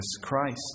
Christ